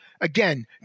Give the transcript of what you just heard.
Again